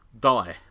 die